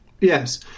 Yes